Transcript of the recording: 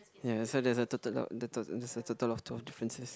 ya so there's a there's a total of twelve differences